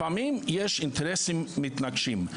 לפעמים יש אינטרסים מתנגשים,